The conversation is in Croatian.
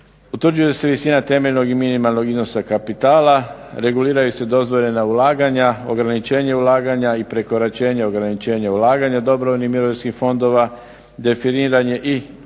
Utvrđuje se visina temeljenog i minimalnog iznosa kapitala, reguliraju se dozvoljena ulaganja, ograničenje ulaganja i prekoračenje ograničenja ulaganja dobrovoljnih mirovinskih fondova, definiranje i